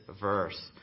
verse